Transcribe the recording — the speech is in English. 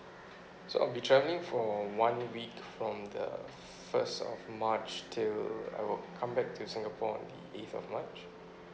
so I'll be travelling for one week from the first of march until I will come back to singapore eighth of march